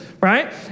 right